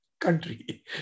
country